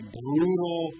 brutal